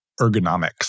ergonomics